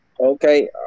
Okay